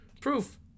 Proof